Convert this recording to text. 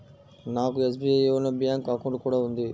నాకు SBI YONO bank account కూడా ఉంది